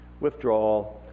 withdrawal